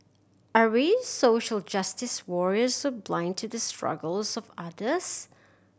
are we social justice warriors or blind to the struggles of others